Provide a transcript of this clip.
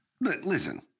Listen